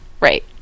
Right